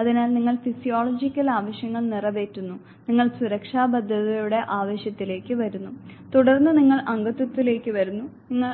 അതിനാൽ നിങ്ങൾ ഫിസിയോളജിക്കൽ ആവശ്യങ്ങൾ നിറവേറ്റുന്നു നിങ്ങൾ സുരക്ഷാ ഭദ്രതയുടെ ആവശ്യകതയിലേക്ക് വരുന്നു തുടർന്ന് നിങ്ങൾ അംഗത്വത്തിലേക്ക് വരുന്നു നിങ്ങൾ